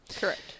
Correct